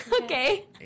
Okay